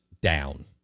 down